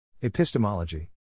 Epistemology